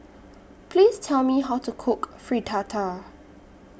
Please Tell Me How to Cook Fritada